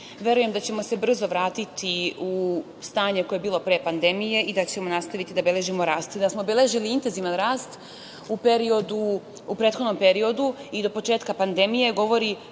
Verujem da ćemo se brzo vratiti u stanje koje je bilo pre pandemije i da ćemo nastaviti da beležimo rast i da smo obeležili intenzivan rast u prethodnom periodu i do početka pandemije govori